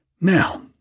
Now